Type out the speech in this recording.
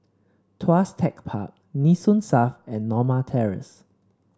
Tuas Tech Park Nee Soon South and Norma Terrace